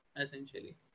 essentially